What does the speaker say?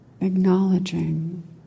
acknowledging